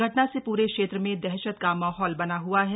घटना से पूरे क्षेत्र में दशहत का माहौल बना हआ है